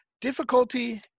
difficulty